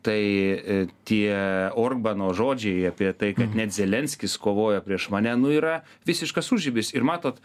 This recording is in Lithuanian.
tai tie orbano žodžiai apie tai kad net zelenskis kovoja prieš mane nu yra visiškas užribis ir matot